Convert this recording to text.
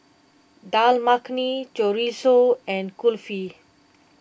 Dal Makhani Chorizo and Kulfi